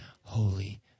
holy